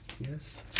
Yes